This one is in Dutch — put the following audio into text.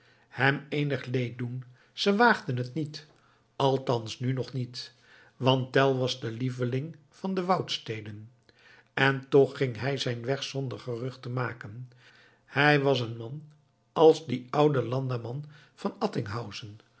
hem eenig leed doen ze waagden het niet althans nu nog niet want tell was de lieveling van de woudsteden en toch ging hij zijn weg zonder gerucht te maken hij was een man als die oude landamman van